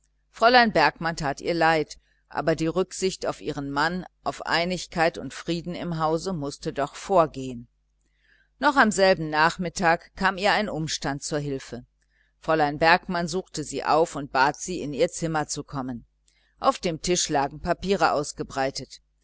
fräulein bergmann tat ihr leid aber die rücksicht auf ihren mann auf harmonie und frieden im hause mußte doch vorgehen noch am selben nachmittag kam ihr ein umstand zu hilfe fräulein bergmann suchte sie auf und bat sie in ihr zimmer zu kommen auf dem tisch lagen papiere ausgebreitet